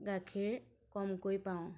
গাখীৰ কমকৈ পাওঁ